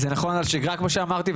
זה נכון על שיגרה כפי שאמרתי,